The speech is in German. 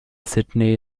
sydney